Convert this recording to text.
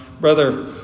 Brother